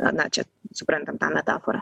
a na čia suprantam tą metaforą